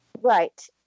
Right